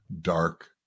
dark